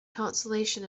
consolation